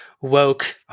woke